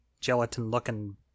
gelatin-looking